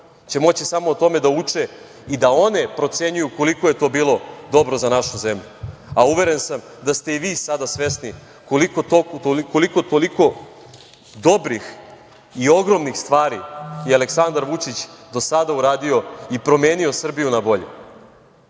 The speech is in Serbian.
će moći samo o tome da uče i da one procenjuju koliko je to bilo dobro za našu zemlju, a uveren sam da ste i vi sada svesni koliko je dobrih i ogromnih stvari Aleksandar Vučić do sada uradio i promenio Srbiju na bolje. Ja